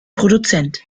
produzent